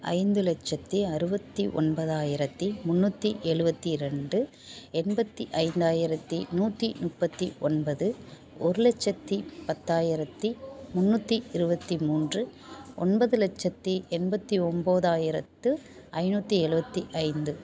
ஐந்து லட்சத்து அறுபத்தி ஒன்பதாயிரத்து முன்னுாற்றி எழுவத்தி ரெண்டு எண்பத்து ஐந்தாயிரத்து நூற்றி முப்பத்தி ஒன்பது ஒரு லட்சத்து பத்தாயிரத்து முன்னுாற்றி இருவத்து மூன்று ஒன்பது லட்சத்து எண்பத்து ஒம்பதாயிரத்து ஐந்நூற்றி எழுவத்தி ஐந்து